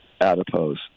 adipose